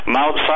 Mount